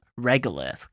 Regolith